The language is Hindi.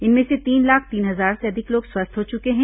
इनमें से तीन लाख तीन हजार से अधिक लोग स्वस्थ हो चुके हैं